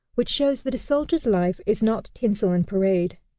which shows that a soldier's life is not tinsel and parade,